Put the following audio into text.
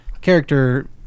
character